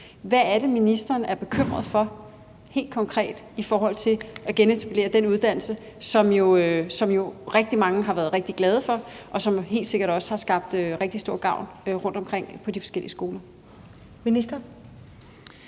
Hvad er det, ministeren er bekymret for helt konkret i forhold til at genetablere den uddannelse, som jo rigtig mange har været rigtig glade for, og som man helt sikkert også har haft rigtig stor gavn af rundtomkring på de forskellige skoler? Kl.